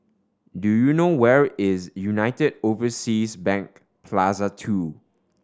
do you know where is United Overseas Bank Plaza Two